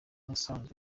usanzwe